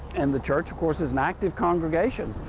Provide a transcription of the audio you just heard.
and the church, of course, is an active congregation.